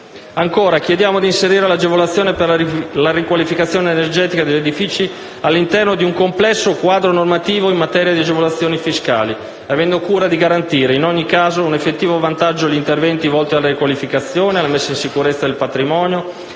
inoltre di inserire l'agevolazione per la riqualificazione energetica degli edifici all'interno di un complesso quadro normativo in materia di agevolazioni fiscali, avendo cura di garantire in ogni caso un effettivo vantaggio agli interventi volti alla riqualificazione e alla messa in sicurezza del patrimonio,